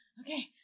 Okay